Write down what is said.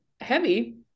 heavy